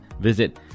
visit